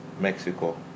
Mexico